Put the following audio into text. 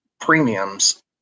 premiums